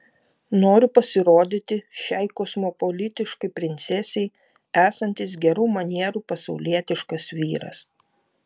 noriu pasirodyti šiai kosmopolitiškai princesei esantis gerų manierų pasaulietiškas vyras